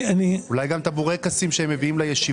אולי גם את הבורקסים שהם מביאים לישיבות.